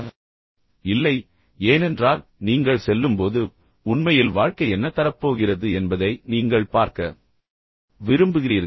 இல்லை நீங்கள் இதை ஒருபோதும் செய்ய மாட்டீர்கள் ஏனென்றால் நீங்கள் செல்லும்போது உண்மையில் வாழ்க்கை என்ன தரப்போகிறது என்பதை நீங்கள் பார்க்க விரும்புகிறீர்கள்